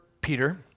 Peter